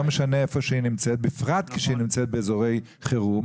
לא משנה איפה היא נמצאת בפרט כשהיא נמצאת באזורי חירום